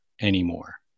anymore